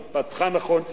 התפתחה נכון,